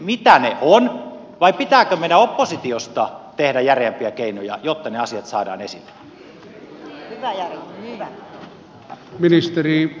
mitä ne ovat vai pitääkö meidän oppositiosta tehdä järeämpiä keinoja jotta ne asiat saadaan esille